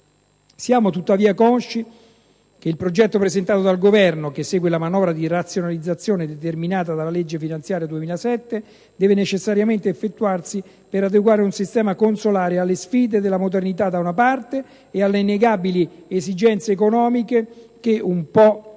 Siamo tuttavia consci che il progetto presentato dal Governo, che segue la manovra di razionalizzazione determinata dalla legge finanziaria 2007, deve necessariamente effettuarsi per adeguare un sistema consolare alle sfide della modernità, da una parte, e, dall'altra, alle innegabili esigenze economiche che un po' la